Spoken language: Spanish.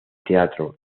teatro